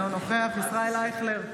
אינו נוכח ישראל אייכלר,